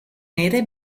nere